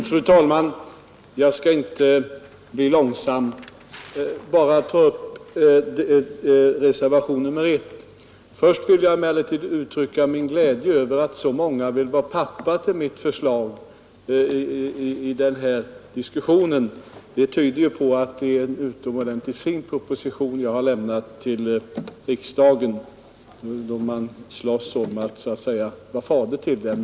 Fru talman! Jag skall inte bli mångordig utan jag skall bara helt kort beröra reservationen 1. Först vill jag emellertid uttrycka min glädje över att så många i denna diskussion vill vara pappa till mitt förslag. Det tyder på att det är en utomordentligt fin proposition jag har lämnat till riksdagen, eftersom man här nära nog slåss om att vara fader till den.